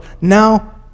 now